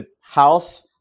house